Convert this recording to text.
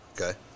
Okay